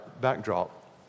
backdrop